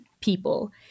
people